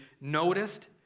noticed